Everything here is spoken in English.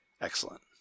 excellent